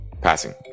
Passing